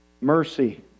Mercy